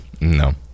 no